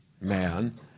man